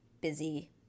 busy